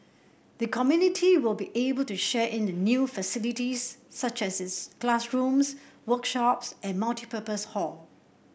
the community will be able to share in the new facilities such as its classrooms workshops and multipurpose hall